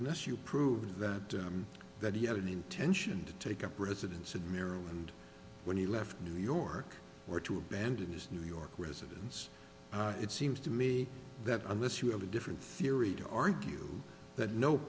nless you prove that that he had an intention to take up residence in maryland when he left new york were to abandon his new york residence it seems to me that unless you have a different theory to argue that no